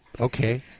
Okay